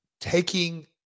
taking